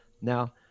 now